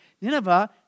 Nineveh